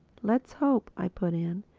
let's hope, i put in,